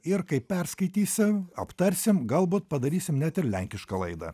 ir kai perskaitysi aptarsim galbūt padarysim net ir lenkišką laidą